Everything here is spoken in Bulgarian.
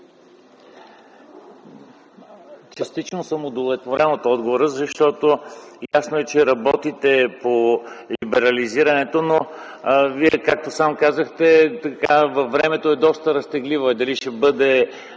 Частично съм удовлетворен от отговора, защото е ясно, че работите по либерализирането. Вие, както сам казахте, във времето е доста разтегливо - дали ще бъде